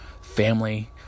family